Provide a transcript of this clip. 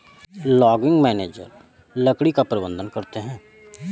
logging manager लकड़ी का प्रबंधन करते है